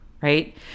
right